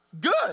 Good